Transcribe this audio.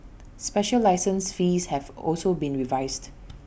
special license fees have also been revised